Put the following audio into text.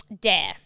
Dare